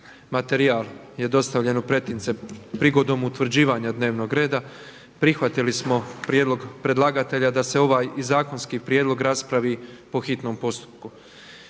članku 206. Poslovnika prigodom utvrđivanja dnevnog reda prihvaćen je prijedlog predlagatelja da se ovaj zakonski prijedlog raspravio po hitnom postupku.